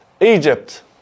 Egypt